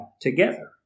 together